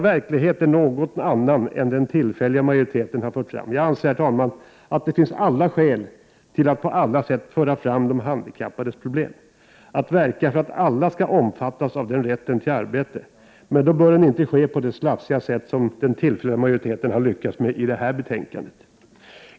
Verkligheten är alltså en annan än vad den tillfälliga majoriteten påstått. Jag anser, fru talman, att det finns många skäl att på alla sätt ta upp de handikappades problem, att verka för att alla skall omfattas av rätten till arbete, men då bör det inte göras på det slafsiga sätt som den tillfälliga majoriteten har gjort i det här betänkandet.